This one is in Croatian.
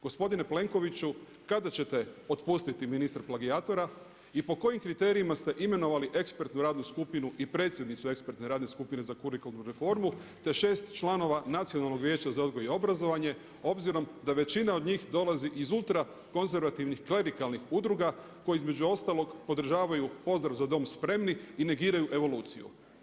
Gospodine Plenkoviću, kada ćete otpustiti ministra plagijatora i po kojim kriterijima ste imali ekspertnu radnu skupinu i predsjednicu ekspertne radne skupe za kurikularnu reformu, te 6 članova Nacionalnog vijeća za odgoj i obrazovanje, obzirom da većina od njih dolazi od ultra konzervativnih klerikalnih udruga koji između ostalog podržavaju pozdrav „Za dom spremni“ i negiraju evoluciju.